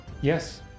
Yes